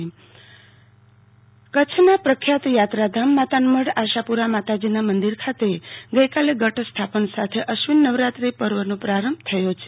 આરતી ભદ્દ માતાના મઢ કચ્છના પ્રખ્યાત યાત્રાધામ માતાના મઢ આશાપુરા માતાજીના મંદિર ખાતે ગઈકાલે ઘટ સ્થાપન સાથે અશ્વિન નવરાત્રી પર્વનો પ્રારંભ થયો છે